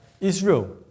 Israel